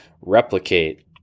replicate